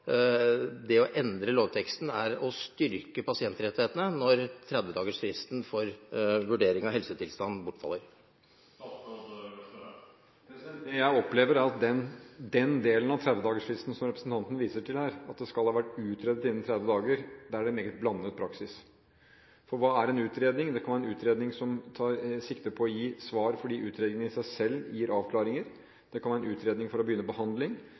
det å endre lovteksten er å styrke pasientrettighetene, når 30-dagersfristen for vurdering av helsetilstand bortfaller? Det jeg opplever, er at med den delen av 30-dagersfristen som representanten viser til her – at man skal være utredet innen 30 dager – er det en meget blandet praksis. For hva er en utredning? Det kan være en utredning som tar sikte på å gi svar fordi utredning i seg selv gir avklaringer, og det kan være en utredning for å begynne behandling.